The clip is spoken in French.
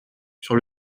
sur